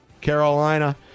Carolina